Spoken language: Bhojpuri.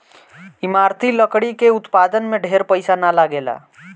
इमारती लकड़ी के उत्पादन में ढेर पईसा ना लगेला